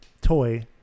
toy